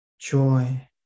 joy